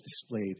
displayed